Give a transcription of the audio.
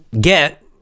get